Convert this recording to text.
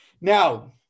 Now